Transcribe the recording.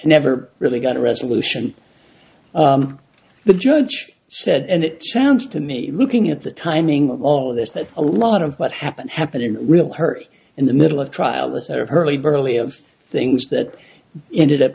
never really got a resolution the judge said and it sounds to me looking at the timing of all of this that a lot of what happened happened in real her in the middle of trial with her hurly burly of things that ended up